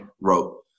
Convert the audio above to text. wrote